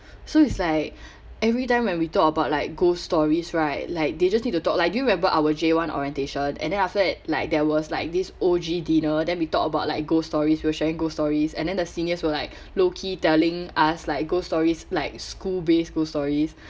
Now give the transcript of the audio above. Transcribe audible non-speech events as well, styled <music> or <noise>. so it's like <breath> every time when we talk about like ghost stories right like they just need to talk like do you remember our j one orientation and then after that like there was like this O_G dinner then we talk about like ghost stories we're sharing ghost stories and then the seniors were like low key telling us like ghost stories like school based ghost stories